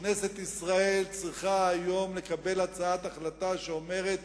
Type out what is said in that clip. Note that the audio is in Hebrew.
כנסת ישראל צריכה היום לקבל הצעת החלטה שאומרת: